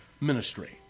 ministry